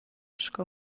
sco